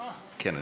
כן,